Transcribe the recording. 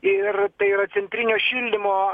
ir tai yra centrinio šildymo